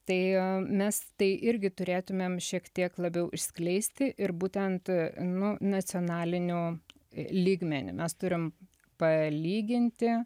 tai mes tai irgi turėtumėm šiek tiek labiau išskleisti ir būtent nu nacionaliniu lygmenį mes turim palyginti